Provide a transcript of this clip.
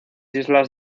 islas